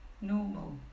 normal